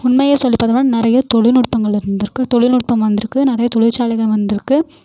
உண்மையை சொல்லி பார்த்தோம்னா நிறைய தொழில்நுட்பங்கள் இருந்திருக்கு தொழில் நுட்பம் வந்திருக்கு நிறைய தொழிற்சாலைகள் வந்திருக்கு